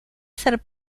ser